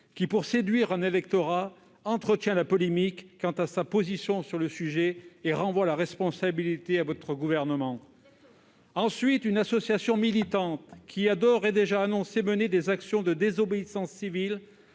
; pour séduire un électorat, il entretient la polémique quant à sa position sur le sujet et renvoie la responsabilité à votre gouvernement. Ensuite, il y a une association militante, qui a d'ores et déjà annoncé mener des actions de désobéissance civile